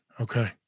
Okay